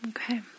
Okay